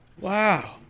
Wow